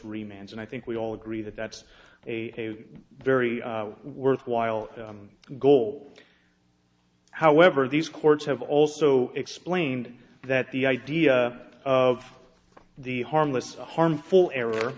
remands and i think we all agree that that's a very worthwhile goal however these courts have also explained that the idea of the harmless harmful error